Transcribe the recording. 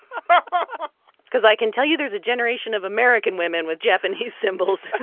but because i can tell you there's a generation of american women with japanese symbols.